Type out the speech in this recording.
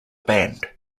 band